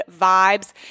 vibes